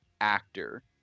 actor